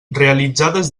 realitzades